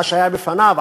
מה שהיה בפניו,